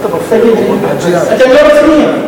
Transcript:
אתה לא רציני.